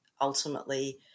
ultimately